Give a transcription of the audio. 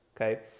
Okay